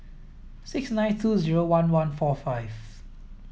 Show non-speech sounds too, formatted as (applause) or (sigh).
six nine (unintelligible) zero one one four five